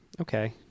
Okay